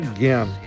Again